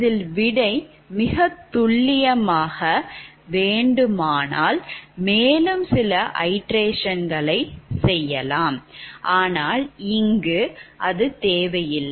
இதில் விடை மிகத்துல்லியமாக வேண்டுமெனில் மேலும் சில iteration செய்யலாம் ஆனால் இங்கு அது தேவையில்லை